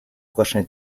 prochain